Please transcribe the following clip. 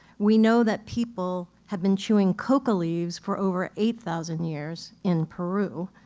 we know that people have been chewing cocoa leaves for over eight thousand years in peru.